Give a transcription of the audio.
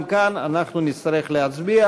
גם כאן אנחנו נצטרך להצביע.